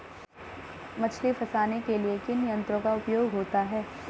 मछली फंसाने के लिए किन यंत्रों का उपयोग होता है?